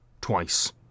twice